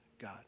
God